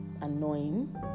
annoying